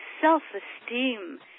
self-esteem